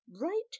right